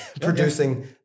producing